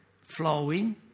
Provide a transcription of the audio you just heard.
flowing